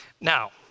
Now